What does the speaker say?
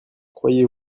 croyez